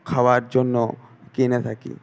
খাওয়ার জন্য কিনে থাকি